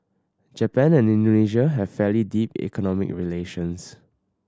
Japan and Indonesia have fairly deep economic relations